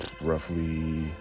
roughly